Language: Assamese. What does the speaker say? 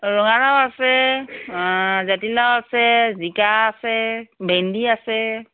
ৰঙালাউ আছে জাতিলাউ আছে জিকা আছে ভেন্দী আছে